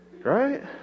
right